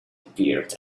appeared